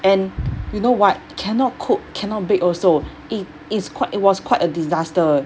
and you know what cannot cook cannot bake also it is quite it was quite a disaster